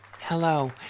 Hello